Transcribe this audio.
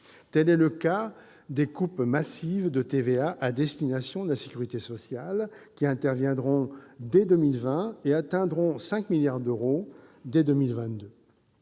Tel est le cas des coupes massives de TVA à destination de la sécurité sociale, qui interviendront dès 2020 et atteindront 5 milliards d'euros dès 2022.